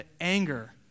anger